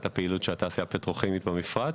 הפעילות של התעשייה הפטרוכימית במפרץ.